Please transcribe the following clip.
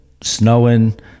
Snowing